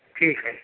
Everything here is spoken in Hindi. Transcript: ठीक है